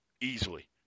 easily